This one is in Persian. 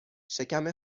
شکم